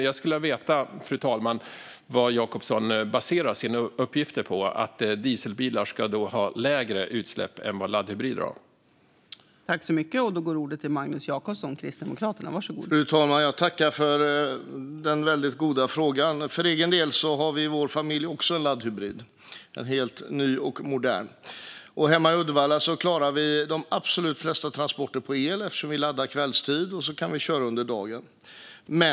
Jag skulle vilja veta vad Jacobsson baserar sina uppgifter att dieselbilar skulle ha lägre utsläpp än laddhybrider på, fru talman.